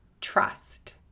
Trust